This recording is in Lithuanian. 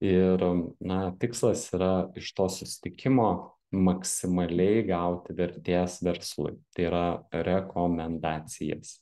ir na tikslas yra iš to susitikimo maksimaliai gauti vertės verslui tai yra rekomendacijas